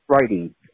writing